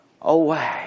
away